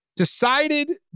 Decided